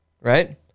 right